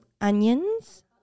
Onions